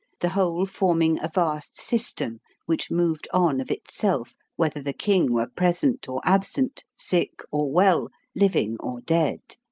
the whole forming a vast system which moved on of itself, whether the king were present or absent, sick or well, living or dead.